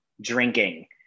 drinking